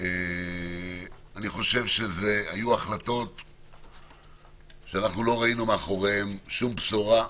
אני חושב שהיו החלטות שאנחנו לא ראינו מאחוריהן שום בשורה,